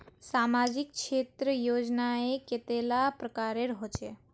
सामाजिक क्षेत्र योजनाएँ कतेला प्रकारेर होचे?